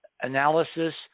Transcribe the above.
analysis